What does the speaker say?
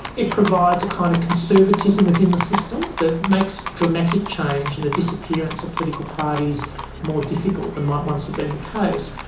it provides a kind of conservatism within the system that makes dramatic change and the disappearance of political parties more difficult than might once have been the case.